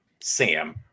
sam